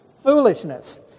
foolishness